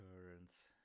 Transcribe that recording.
occurrence